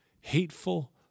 hateful